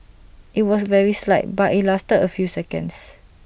IT was very slight but IT lasted A few seconds